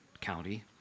county